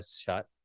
shot